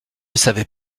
savait